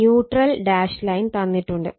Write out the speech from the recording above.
neutral dash line തന്നിട്ടുണ്ട്